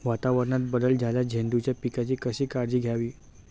वातावरणात बदल झाल्यास झेंडूच्या पिकाची कशी काळजी घ्यावी?